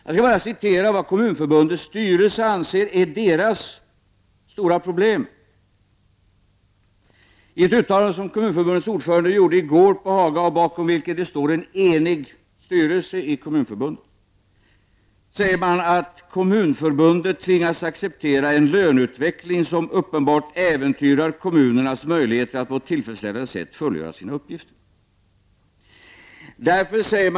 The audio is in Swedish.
Jag vill bara anföra vad man i Kommunförbundets styrelse anser vara kommunernas stora problem. I ett uttalande som Kommunförbundets ordförande gjorde i går på Haga och bakom vilket det står en enig styrelse sägs: ”Kommunförbundet tvingas acceptera en löneutveckling som uppenbart äventyrar kommunernas möjligheter att på ett tillfredsställande sätt fullgöra sina uppgifter.